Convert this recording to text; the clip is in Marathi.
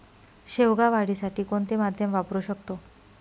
शेवगा वाढीसाठी कोणते माध्यम वापरु शकतो?